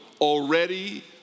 already